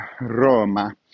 Roma